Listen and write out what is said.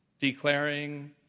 declaring